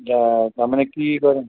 অঁ তাৰমানে কি